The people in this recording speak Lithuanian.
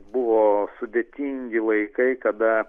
buvo sudėtingi laikai kada